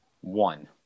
one